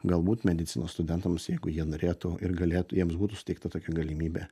galbūt medicinos studentams jeigu jie norėtų ir galėtų jiems būtų suteikta tokia galimybė